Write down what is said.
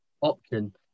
option